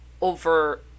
over